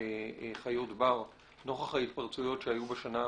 לחיות בר נוכח ההתפרצויות שהיו בשנה האחרונה.